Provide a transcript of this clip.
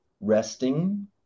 resting